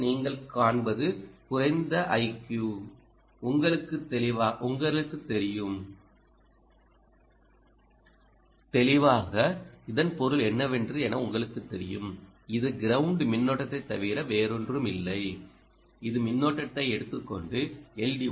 முதலில் நீங்கள் காண்பது குறைந்த IQ உங்களுக்குத் தெரியும் தெளிவாக இதன் பொருள் என்னவென்று என உங்களுக்குத் தெரியும் இது கிரவுண்ட் மின்னோட்டத்தைத் தவிர வேறொன்றுமில்லை இது மின்னோட்டத்தை எடுத்துக்கொண்டு எல்